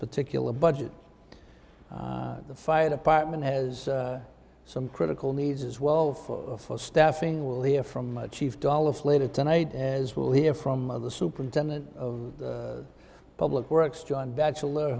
particular budget the fire department has some critical needs as well for full staffing we'll hear from my chief dollars later tonight as we'll hear from the superintendent of public works john batchelor